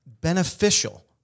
beneficial